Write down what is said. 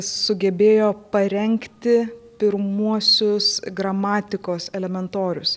sugebėjo parengti pirmuosius gramatikos elementorius